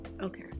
Okay